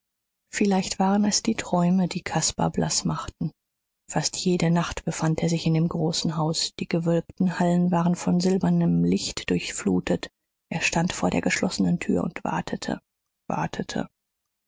vielleicht waren es die träume die caspar blaß machten fast jede nacht befand er sich in dem großen haus die gewölbten hallen waren von silbernem licht durchflutet er stand vor der geschlossenen tür und wartete wartete